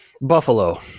Buffalo